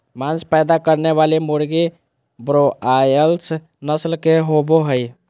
मांस पैदा करने वाली मुर्गी ब्रोआयालर्स नस्ल के होबे हइ